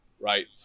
right